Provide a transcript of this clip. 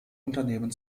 unternehmen